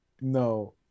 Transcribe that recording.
No